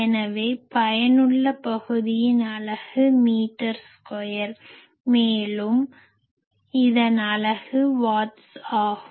எனவே பயனுள்ள பகுதியின் அலகு மீட்டர் ஸ்கொயர் மேலும் இதன் அலகு வாட்ஸ் ஆகும்